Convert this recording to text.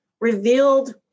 revealed